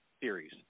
series